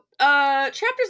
chapters